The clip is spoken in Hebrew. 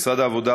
משרד העבודה,